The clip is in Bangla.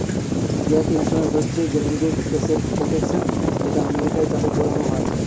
গ্যাপ ইন্সুরেন্স হচ্ছে গ্যারান্টিড এসেট প্রটেকশন যেটা আমেরিকায় চালু করানো হয়